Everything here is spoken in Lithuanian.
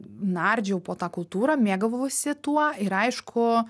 nardžiau po tą kultūrą mėgavausi tuo ir aišku